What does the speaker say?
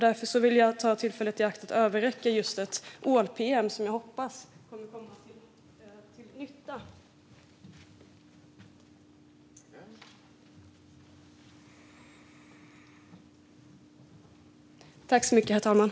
Därför vill jag ta tillfället i akt att överräcka just ett ål-pm, som jag hoppas kommer att komma till nytta.